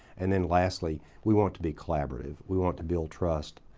and then lastly, we want to be collaborative. we want to build trust,